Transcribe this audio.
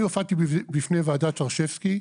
אני הופעתי בוועדת שרשבסקי,